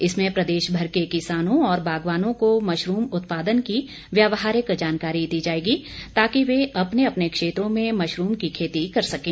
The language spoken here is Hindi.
इसमें प्रदेश भर के किसानों और बागवानों को मशरूम उत्पादन की व्यवहारिक जानकारी दी जाएगी ताकि वह अपने अपने क्षेत्रों में मशरूम की खेती कर सकें